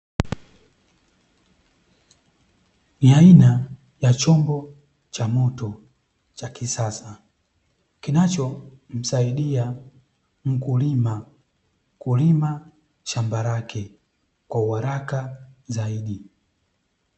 Ni aina ya chombo cha moto cha kisasa, kinachomsaidia mkulima kulima shamba lake kwa uharaka zaidi.